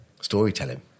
storytelling